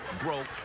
broke